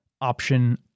option